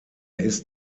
ist